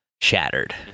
Shattered